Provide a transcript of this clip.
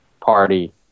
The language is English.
party